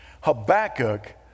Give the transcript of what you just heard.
Habakkuk